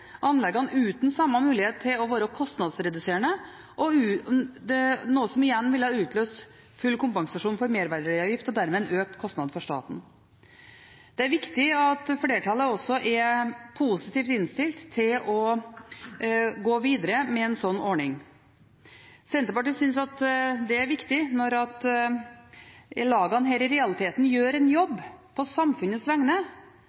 anleggene, uten samme mulighet til å være kostnadsreduserende, noe som igjen ville ha utløst full kompensasjon for merverdiavgift og dermed en økt kostnad for staten. Det er viktig at flertallet også er positivt innstilt til å gå videre med en slik ordning. Senterpartiet synes det er viktig når lagene her i realiteten gjør en jobb på samfunnets vegne